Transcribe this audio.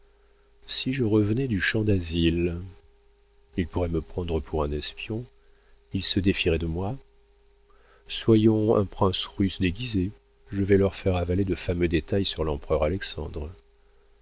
si je revenais du champ dasile ils pourraient me prendre pour un espion ils se défieraient de moi soyons un prince russe déguisé je vais leur faire avaler de fameux détails sur l'empereur alexandre